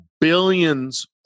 billions